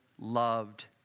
loved